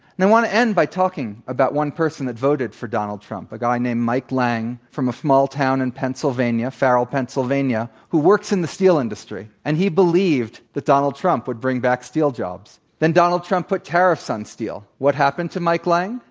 want to end by talking about one person that voted for donald trump, a guy named mike lang from a small town in and pennsylvania farrell, pennsylvania who works in the steel industry. and he believed that donald trump would bring back steel jobs. then donald trump put tariffs on steel. what happened to mike lang?